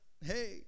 hey